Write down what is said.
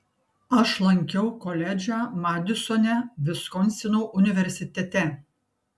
aš lankiau koledžą madisone viskonsino universitete